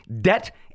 Debt